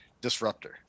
disruptor